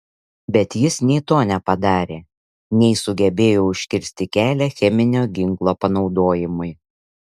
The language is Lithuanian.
bet jis nei to nepadarė nei sugebėjo užkirsti kelią cheminio ginklo panaudojimui